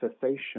cessation